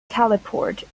teleport